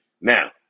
Now